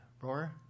Roar